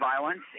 violence